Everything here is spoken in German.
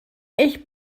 ich